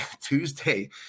Tuesday